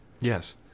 yes